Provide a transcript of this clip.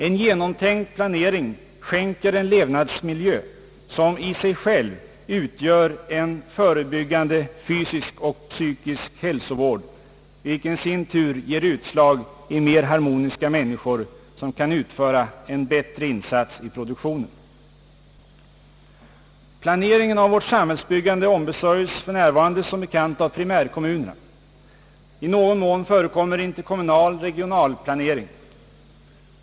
En genomtänkt planering skänker en levnadsmiljö som i sig själv utgör en förebyggande fysisk och psykisk hälsovård, vilken i sin tur ger utslag i mera harmoniska människor som kan utföra en bättre insats 1 produktionen. Planeringen av vårt samhällsbyggande ombesörjes för närvarande som bekant av primärkommunerna. I någon mån förekommer interkommunal regionalplanering.